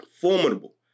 formidable